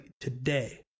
today